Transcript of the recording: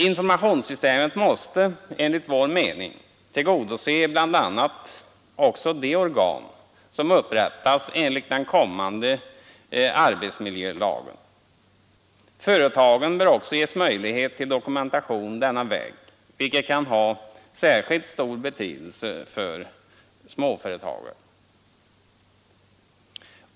Informationssystemet måste enligt vår mening tillgodose bl.a. också de organ som upprättas enligt den kommande arbetsmiljölagen. Företagen bör även ges möjlighet till dokumentation denna väg, vilket kan ha särskilt stor betydelse för småföretagare.